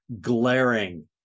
glaring